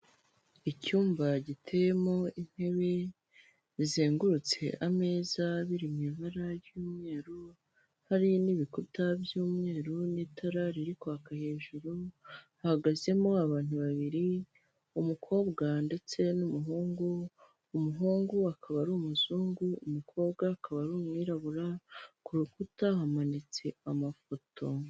Icyumba giteyemo intebe zizengurutse ameza biri mu ibara ry'umweru, hari n'ibikuta by'umweru n'itara riri kwaka hejuru, hahagazemo abantu babiri, umukobwa ndetse n'umuhungu, umuhungu akaba ari umuzungu, umukobwa akaba ari umwirabura, ku rukuta hamanitse amafoto.